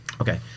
Okay